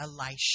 Elisha